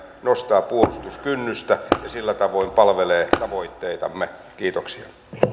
nostaa puolustuskynnystä ja sillä tavoin palvelee tavoitteitamme kiitoksia